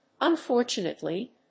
unfortunately